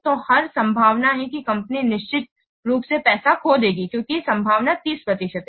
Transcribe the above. तो हर संभावना है कि कंपनी निश्चित रूप से पैसा खो देगी क्योंकि संभावना 30 प्रतिशत है